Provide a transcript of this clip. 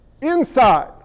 Inside